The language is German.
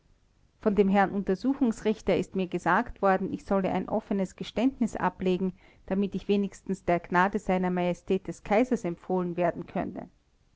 von dem herrn untersuchungsrichter ist mir gesagt worden ich solle ein offenes geständnis ablegen damit ich wenigstens der gnade sr majestät des kaisers empfohlen werden könne